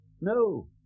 No